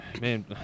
man